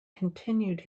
continued